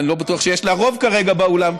אני לא בטוח שיש לה רוב כרגע באולם,